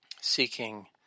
seeking